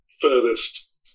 Furthest